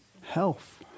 Health